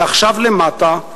ועכשיו למטה,